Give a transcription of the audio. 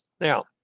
now